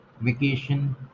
vacation